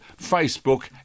Facebook